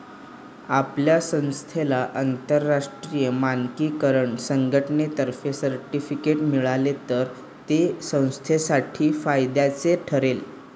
आपल्या संस्थेला आंतरराष्ट्रीय मानकीकरण संघटनेतर्फे सर्टिफिकेट मिळाले तर ते संस्थेसाठी फायद्याचे ठरेल